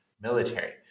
military